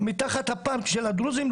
מתחת הפארק של הדרוזים,